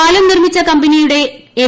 പാലം നിർമ്മിച്ച കമ്പനിയുടെ എം